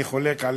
אני חולק עליך.